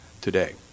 today